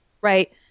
right